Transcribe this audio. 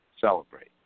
Celebrate